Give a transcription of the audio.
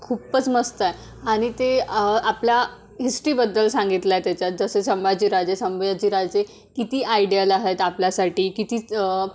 खूपच मस्त आहे आणि ते आपल्या हिस्ट्रीबद्दल सांगितलं आहे त्याच्यात जसे संभाजीराजे संभाजीराजे किती आयडियल आहेत आपल्यासाठी कितीच